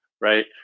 right